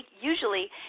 usually